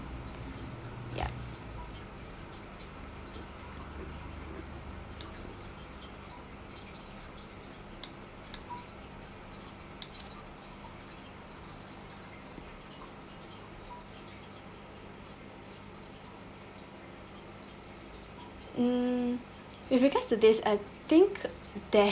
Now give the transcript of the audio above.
ya um with regards to this I think there